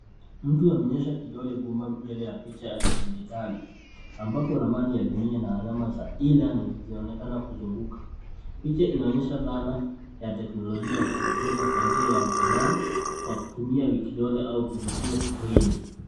Mtu amenyosha kidole gumba mbele ya picha ya kidijitali ambapo ramani ya dunia na alama za e-learning zinaonekana kuzunguka. Picha inaonyesha dhana ya teknolojia ya kujifunza kwa njia ya mtandao kwa kutumia kidole au kugusia skrini.